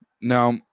Now